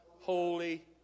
Holy